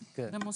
במוסד,